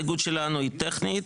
היא טכנית,